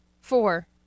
Four